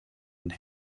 und